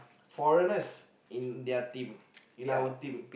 foreigners in their team in our team